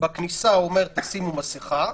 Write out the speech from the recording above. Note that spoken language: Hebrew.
בכניסה אומרים: שים מסיכה,